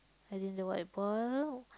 holding the white ball